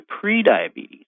pre-diabetes